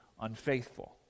unfaithful